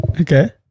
Okay